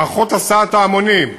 מערכות הסעת ההמונים,